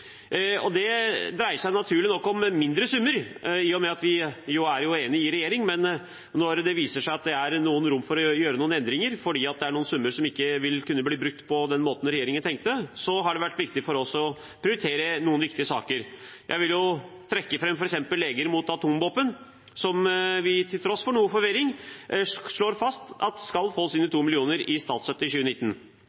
naturlig nok om mindre summer, i og med at vi er enige i regjering, men når det viser seg at det er rom for å gjøre noen endringer fordi noen summer ikke vil kunne bli brukt på den måten regjeringen tenkte, har det vært viktig for oss å prioritere noen viktige saker. Jeg vil trekke fram f.eks. Leger mot atomvåpen, som vi – tross noe forvirring – slår fast at skal få sine